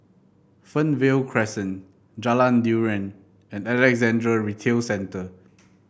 Fernvale Crescent Jalan Durian and Alexandra Retail Centre